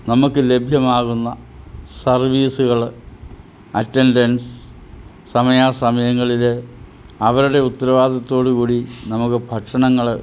നമുക്ക് ലഭ്യമാകുന്ന സർവീസുകൾ അറ്റൻഡൻസ് സമയാസമയങ്ങളിലെ അവരുടെ ഉത്തരവാദിത്തോടു കൂടി നമുക്ക് ഭക്ഷണങ്ങൾ